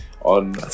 on